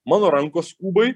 mano rankos kubai